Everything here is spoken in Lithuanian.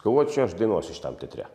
galvoju čia aš dainuosiu šitam teatre